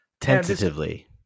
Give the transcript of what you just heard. Tentatively